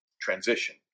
transition